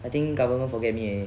I think government forget me eh